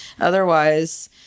otherwise